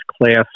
class